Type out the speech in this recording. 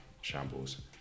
shambles